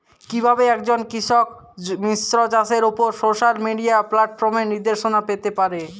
কিভাবে একজন কৃষক মিশ্র চাষের উপর সোশ্যাল মিডিয়া প্ল্যাটফর্মে নির্দেশনা পেতে পারে?